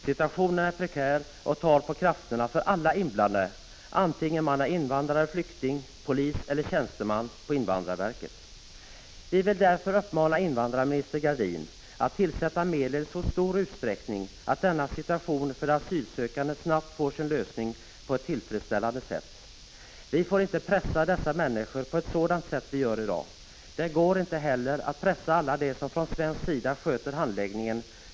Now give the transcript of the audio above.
Situationen är prekär och tar på krafterna för alla inblandade vare sig man är invandrare eller flykting, polis eller tjänsteman på invandrarverket. Vi vill därför uppmana invandrarminister Gradin att tillsätta medel i så stor utsträckning att dessa problem för de asylsökande snabbt löses på ett tillfredsställande sätt. Vi får inte pressa dessa människor på ett sådant sätt som vi gör i dag. Det går inte heller att pressa alla dem som från svensk sida sköter handläggningen.